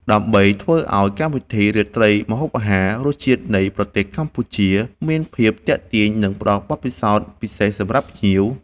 ដើម្បីធ្វើឲ្យកម្មវិធីរាត្រីម្ហូបអាហារ “រសជាតិនៃប្រទេសកម្ពុជា” មានភាពទាក់ទាញ និងផ្តល់បទពិសោធន៍ពិសេសសម្រាប់ភ្ញៀវ